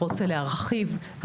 רוצה להרחיב,